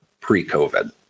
pre-COVID